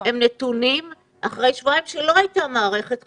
הם נתונים אחרים שבועיים שלא הייתה מערכת חינוך,